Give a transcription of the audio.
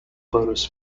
bonus